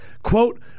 Quote